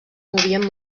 movien